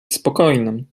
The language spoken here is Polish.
spokojnym